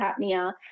apnea